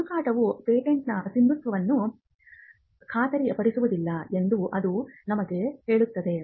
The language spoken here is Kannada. ಹುಡುಕಾಟವು ಪೇಟೆಂಟ್ನ ಸಿಂಧುತ್ವವನ್ನು ಖಾತರಿಪಡಿಸುವುದಿಲ್ಲ ಎಂದು ಅದು ನಮಗೆ ಹೇಳುತ್ತದೆ